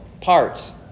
parts